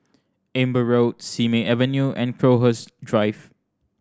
Amber Road Simei Avenue and Crowhurst Drive